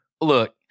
Look